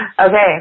Okay